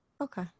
Okay